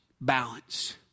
balance